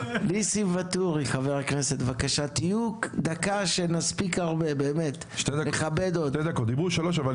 כולם ידברו דקה ויאמרו מה